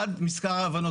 עד מזכר הבנות,